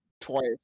twice